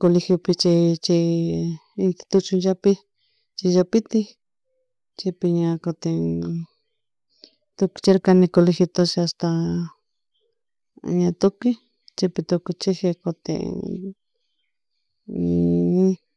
colegiopi chay chay institullapi chayllapitik chaypi ña kutin tukuchircani colegiotashi ashta tukuy chaypi tukuchiji cutin